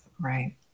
Right